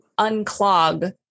unclog